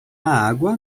água